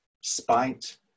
spite